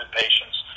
patients